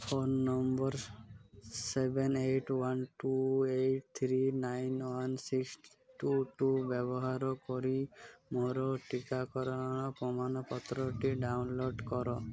phone number seven eight one two eight three nine one six two two ବ୍ୟବହାର କରି ମୋର ଟିକାକରଣ ପ୍ରମାନପତ୍ରଟି ଡାଉନଲୋଡ଼୍ କର